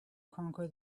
conquer